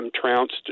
trounced